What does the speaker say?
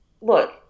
look